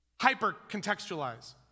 Hyper-contextualize